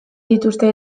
dituzte